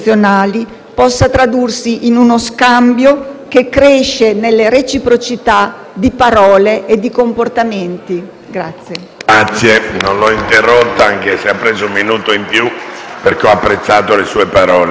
che cresce nella reciprocità di parole e di comportamenti.